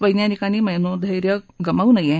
वैज्ञानिकांनी मनोधैर्य गमावू नये